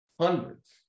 hundreds